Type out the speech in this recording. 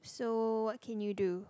so what can you do